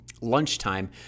lunchtime